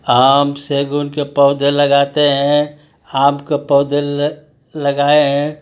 आम सैगुन के पौधे लगाते हैं आम के पौधे लग् लगाए हैं